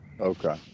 Okay